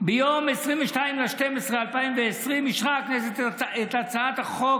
ביום 22 בדצמבר 2020 אישרה הכנסת את הצעת החוק